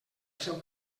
seu